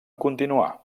continuar